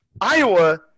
Iowa –